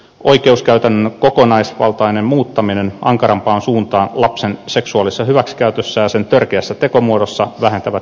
oikeuskäytännön kokonaisvaltainen muuttaminen ankarampaan suuntaan lapsen seksuaalisessa hyväksikäytössä ja sen törkeässä tekomuodossa vähentää seksuaalirikoksia